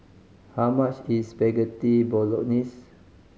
how much is Spaghetti Bolognese